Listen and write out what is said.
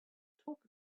talk